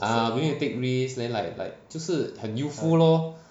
ah willing to take risk then like like 就是很 youthful lor